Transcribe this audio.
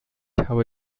habe